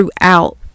throughout